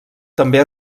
també